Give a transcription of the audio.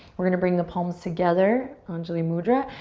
we're gonna bring the palms together, anjuli mudra,